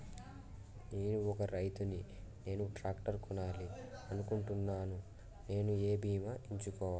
నేను ఒక రైతు ని నేను ట్రాక్టర్ కొనాలి అనుకుంటున్నాను నేను ఏ బీమా ఎంచుకోవాలి?